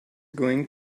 going